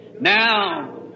Now